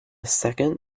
second